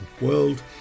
world